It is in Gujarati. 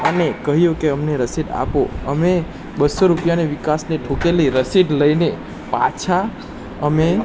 અને કહ્યું કે અમને રસીદ આપો અમે બસો રૂપિયાની વિકાસની થૂકેલી રસીદ લઈને પાછા અમે